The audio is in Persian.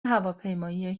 هواپیمایی